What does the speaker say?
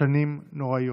שנים נוראיות.